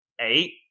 Eight